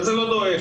וזה לא דועך.